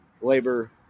labor